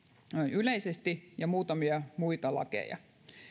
yleisesti ja muutamia muita lakeja